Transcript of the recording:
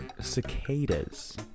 cicadas